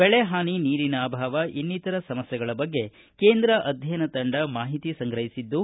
ಬೆಳೆಹಾನಿ ನೀರಿನ ಅಭಾವ ಇನ್ನಿತರ ಸಮಸ್ತೆಗಳ ಬಗ್ಗೆ ಕೇಂದ್ರ ಅಧ್ಯಯನ ತಂಡ ಮಾಹಿತಿ ಸಂಗ್ರಹಿಸಿದ್ದು